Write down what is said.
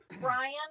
Brian